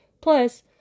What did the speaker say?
Plus